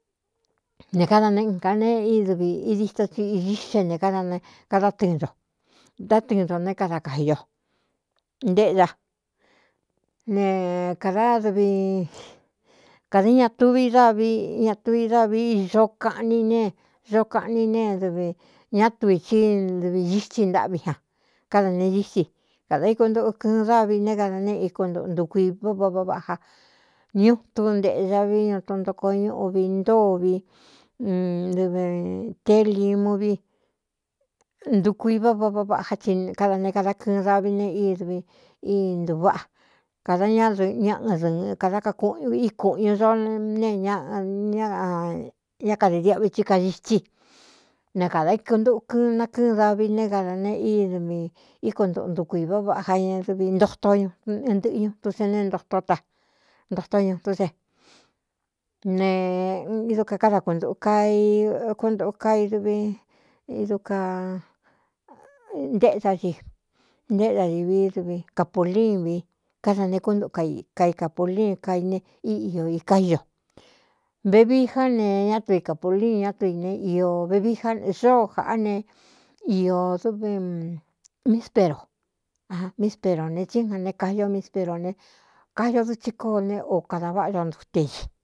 Ne káda ne ɨ ga nee ídɨvi idito tsi igixe ne káda kadá tɨɨn nto ntátɨɨ ntō né kada kaji o ntéꞌda ne kādadvi kāda ña tuvi dávi ña tu i dávi ixo kaꞌni nee zo kaꞌni nee dɨvi ñátu ī chí dɨvi ñítsí ntáꞌví ñan káda ne gísi kādā íkuntuu kɨɨn dávi ne kada nēé ikú ntoꞌntukuiváꞌ váꞌ váꞌ váꞌaa ñu tu nteꞌya vi ñu tun ntoko ñúꞌuvi ntó vi ntɨvete limu vi ndukuiváꞌ ováꞌa váꞌa vaꞌa já ti kada ne kada kɨɨn davi ne ídvi íntuváꞌa kāda ñádñaꞌɨdɨɨn kadá kakuꞌu í kūꞌñu dó nee ñaꞌññá kade diáꞌvi chí kasitsí i ne kādā ikɨntukɨɨn nakɨ́ɨn davi ne kada ne ídvi íkuntuꞌu ntuku īváꞌ vaꞌaja ña dɨvi ntoto ñuɨ ntɨꞌɨ ñutun se ne ntotó ta ntotó ñutún se ne idu ka káda kuntuꞌu ka i kúnduu ka idvi id ka ntéda ci ntéꞌda divi dvi kapulin vi káda ne kúntu ka ikai kapulin kaine í iō iká íño vevi já ne ñá tɨvi kapuliun ñátɨvi ne iō vevií já xóó jāꞌá ne iō dvi míspero míisperone tsíja ne kai o misperó ne kaño dɨtsi kóó ne o kadā váꞌa ño ntute i.